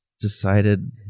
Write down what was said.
decided